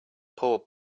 poor